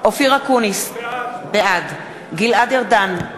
אופיר אקוניס, בעד גלעד ארדן,